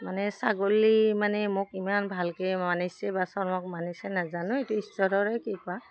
মানে ছাগলী মানে মোক ইমান ভালকৈ মানিছে বা শৰ্মাক মানিছে নাজানো এইটো ঈশ্বৰৰে কৃপা